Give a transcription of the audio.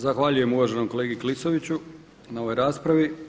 Zahvaljujem uvaženom kolegi Klisoviću na ovoj raspravi.